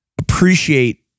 appreciate